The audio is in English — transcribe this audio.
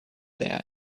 there